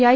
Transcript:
I